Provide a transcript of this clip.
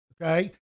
Okay